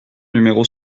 numéro